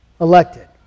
elected